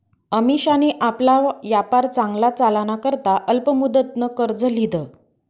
अमिशानी आपला यापार चांगला चालाना करता अल्प मुदतनं कर्ज ल्हिदं